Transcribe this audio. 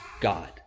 God